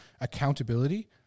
accountability